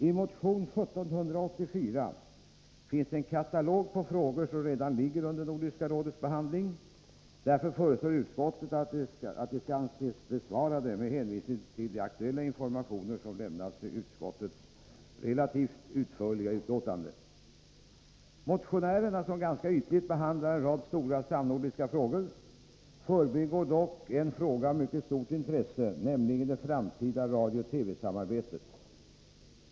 I motion 1784 redovisas en katalog med frågor som redan ligger under Nordiska rådets behandling. Därför föreslår utskottet att motionen skall anses besvarad med hänvisning till de aktuella informationer som lämnas i utskottets relativt utförliga utlåtande. Motionärerna, som ganska ytligt behandlar en rad stora samnordiska frågor, förbigår dock en fråga av mycket stort intresse, nämligen det framtida radiooch TV-samarbetet.